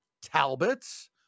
Talbots